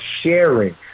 sharing